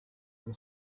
and